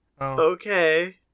Okay